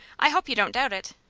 i hope you don't doubt it.